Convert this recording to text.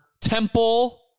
Temple